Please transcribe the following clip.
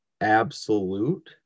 Absolute